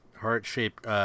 heart-shaped